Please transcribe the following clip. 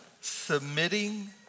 submitting